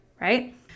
right